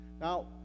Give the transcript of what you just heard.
Now